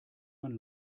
man